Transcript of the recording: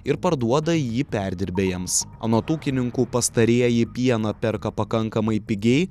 ir parduoda jį perdirbėjams anot ūkininkų pastarieji pieną perka pakankamai pigiai